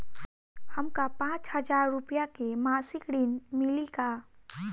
हमका पांच हज़ार रूपया के मासिक ऋण मिली का?